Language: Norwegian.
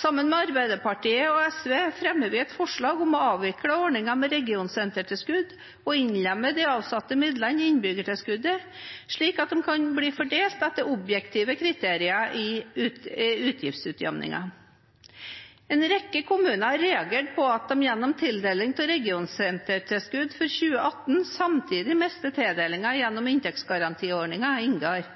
Sammen med Arbeiderpartiet og SV fremmer vi et forslag om å avvikle ordningen med regionsentertilskudd og å innlemme de avsatte midlene i innbyggertilskuddet, slik at de kan bli fordelt etter objektive kriterier i utgiftsutjevningen. En rekke kommuner har reagert på at de gjennom tildeling av regionsentertilskudd for 2018 samtidig mister tildelinger gjennom inntektsgarantiordningen, INGAR,